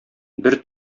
бер